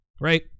Right